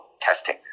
testing